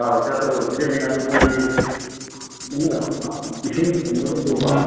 ꯑꯥ starter ꯑꯣꯏ ꯄꯤꯖꯅꯤ ꯃꯣꯏꯗꯤ ꯃꯅꯥꯛꯇ ꯏꯁꯤꯡ ꯊꯝꯃꯒꯖꯨꯕ